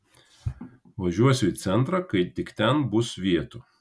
važiuosiu į centrą kai tik ten bus vietų